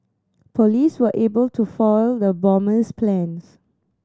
police were able to foil the bomber's plans